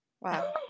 Wow